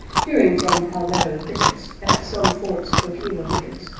peering from palmetto thickets at some fort's coquina wickets,